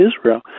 Israel